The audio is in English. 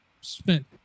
spent